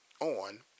on